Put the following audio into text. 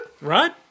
Right